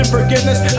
forgiveness